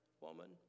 woman